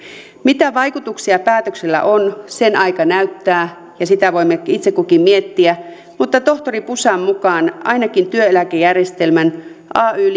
mitä vaikutuksia päätöksellä on sen aika näyttää ja sitä voimme itse kukin miettiä mutta tohtori pusan mukaan ainakin työeläkejärjestelmän ay